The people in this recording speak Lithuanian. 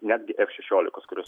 netgi ef šešiolikos kurios